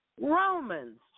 Romans